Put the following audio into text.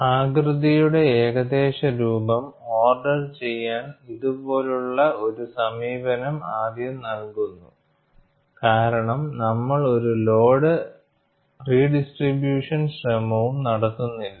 ആകൃതിയുടെ ഏകദേശ രൂപം ഓർഡർ ചെയ്യാൻ ഇതുപോലുള്ള ഒരു സമീപനം ആദ്യ നൽകുന്നു കാരണം നമ്മൾ ഒരു ലോഡ് റിഡിസ്ട്രിബൂഷൻ ശ്രമവും നടത്തുന്നില്ല